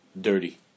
dirty